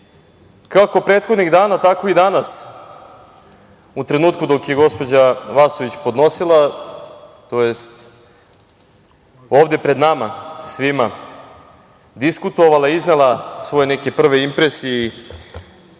Kako prethodnih dana tako i danas, u trenutku dok je gospođa Vasović podnosila, tj. ovde pred nama svima diskutovala, iznela svoje neke prve impresije i